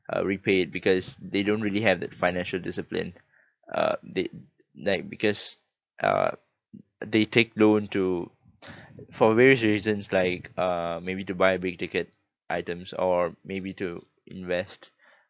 uh repay it because they don't really have that financial discipline uh they like because uh they take loan to for various reasons like uh maybe to buy a big ticket items or maybe to invest